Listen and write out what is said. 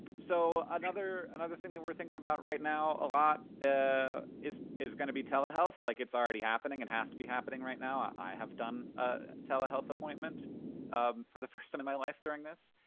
so another another thing that we're thinking about right now a lot ah is is gonna be telehealth. like, it's already happening and has to be happening right now. i have done a telehealth appointment um for the first time in my life during this.